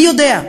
מי יודע?